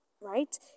Right